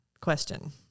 question